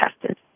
tested